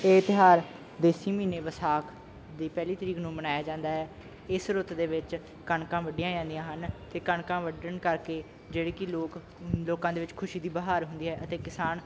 ਇਹ ਤਿਉਹਾਰ ਦੇਸੀ ਮਹੀਨੇ ਵੈਸਾਖ ਦੀ ਪਹਿਲੀ ਤਰੀਕ ਨੂੰ ਮਨਾਇਆ ਜਾਂਦਾ ਹੈ ਇਸ ਰੁੱਤ ਦੇ ਵਿੱਚ ਕਣਕਾਂ ਵੱਢੀਆਂ ਜਾਂਦੀਆਂ ਹਨ ਅਤੇ ਕਣਕਾਂ ਵੱਢਣ ਕਰਕੇ ਜਿਹੜੇ ਕਿ ਲੋਕ ਲੋਕਾਂ ਦੇ ਵਿੱਚ ਖੁਸ਼ੀ ਦੀ ਬਹਾਰ ਹੁੰਦੀ ਹੈ ਅਤੇ ਕਿਸਾਨ